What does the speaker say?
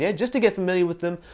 yeah just to get familiar with them,